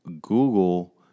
Google